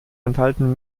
enthalten